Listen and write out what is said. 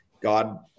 God